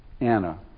Anna